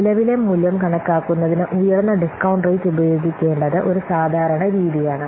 നിലവിലെ മൂല്യം കണക്കാക്കുന്നതിനു ഉയർന്ന ഡിസ്കൌണ്ട് റേറ്റ് ഉപയോഗിക്കേണ്ടത് ഒരു സാധാരണ രീതിയാണ്